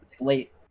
Late